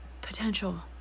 potential